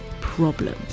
problem